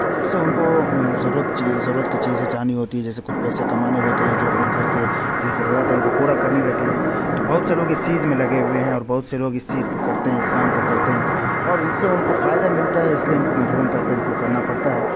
تو اس سے ان کو ضرورت ضرورت کی چیزیں چاہنی ہوتی ہے جیسے کچھ پیسے کمانے ہوتے ہیں جو اپنے گھر کے جو ضروریات ہے ان کو پورا کرنی رہتی ہے تو بہت سے لوگ اس چیز میں لگے ہوئے ہیں اور بہت سے لوگ اس چیز کو کرتے ہیں اس کام کو کرتے ہیں اور ان سے ان کو فائدہ ملتا ہے اس لیے ان کو مجبوراً طور پہ ان کو کرنا پڑتا ہے